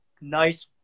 nice